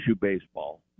baseball